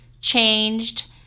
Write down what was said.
changed